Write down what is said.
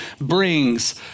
brings